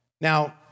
now